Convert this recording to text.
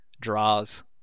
draws